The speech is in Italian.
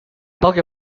poche